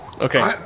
Okay